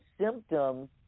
symptoms